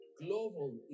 global